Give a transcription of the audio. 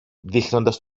δείχνοντας